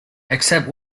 except